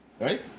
right